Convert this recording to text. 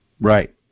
Right